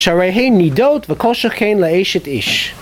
שראהי נידות וכושר כהן לאש את איש